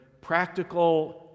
practical